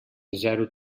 zero